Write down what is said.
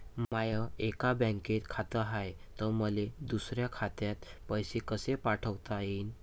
माय एका बँकेत खात हाय, त मले दुसऱ्या खात्यात पैसे कसे पाठवता येईन?